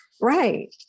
right